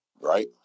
Right